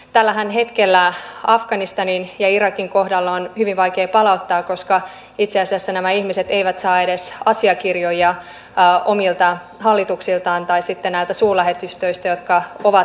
tällähän hetkellä afganistanin ja irakin kohdalla on hyvin vaikea palauttaa koska itse asiassa nämä ihmiset eivät edes saa asiakirjoja omilta hallituksiltaan tai sitten näistä suurlähetystöistä jotka ovat lähellä